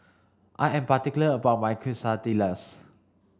I am particular about my Quesadillas